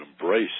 embrace